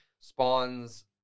spawns